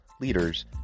leaders